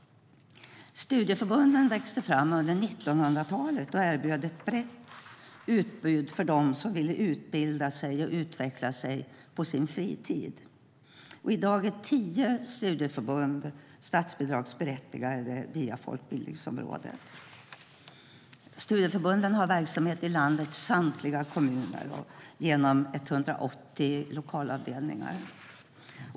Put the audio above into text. Studieförbunden växte fram under 1900-talet och erbjöd ett brett utbud för dem som ville utbilda och utveckla sig på sin fritid. I dag är tio studieförbund statsbidragsberättigade via Folkbildningsrådet. Studieförbunden har verksamhet i landets samtliga kommuner genom 180 lokalavdelningar.